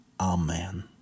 Amen